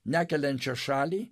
nekeliančią šalį